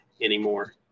anymore